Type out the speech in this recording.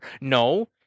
No